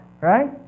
right